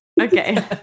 Okay